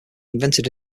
invented